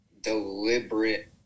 deliberate